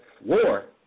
war